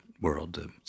world